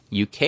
UK